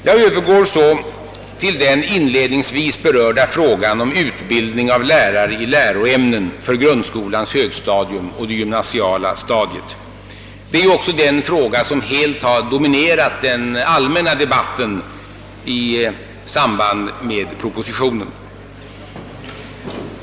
Jag övergår så till den inledningsvis berörda frågan om utbildning av lärare i läroämnen för grundskolans högstadium och det gymnasiala stadiet. Det är ju också den fråga som helt dominerat den allmänna debatten i samband med propositionen.